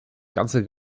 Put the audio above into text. ganze